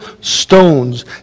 stones